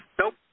Nope